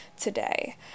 today